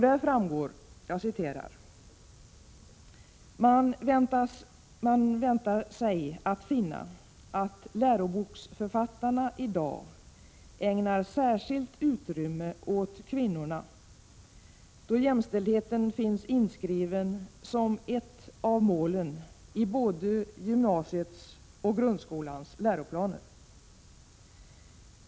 Där framgår: ”Man väntar sig att finna att läroboksförfattarna i dag ägnar skäligt utrymme åt kvinnorna då jämställdheten finns inskriven som ett av målen i Prot. 1986/87:94 både gymnasiets och grundskolans läroplaner.